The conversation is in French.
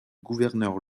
gouverneur